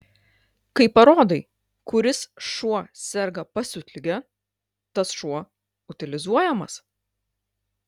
kai parodai kuris šuo serga pasiutlige tas šuo utilizuojamas